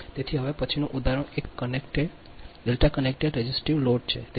તેથી હવે પછીનું ઉદાહરણ એ કનેક્ટેડ રેઝિસ્ટિવ લોડ છે